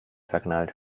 verknallt